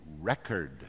Record